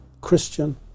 Christian